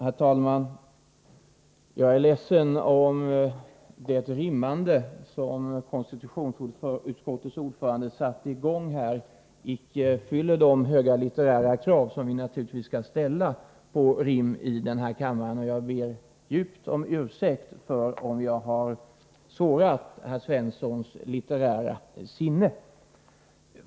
Herr talman! Jag är ledsen att det rimmande som konstitutionsutskottets ordförande satte i gång icke fyller de höga litterära krav som vi naturligtvis skall ställa på ett rim här i kammaren. Jag ber djupt om ursäkt om jag har sårat herr Svenssons litterära känsla.